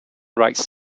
rights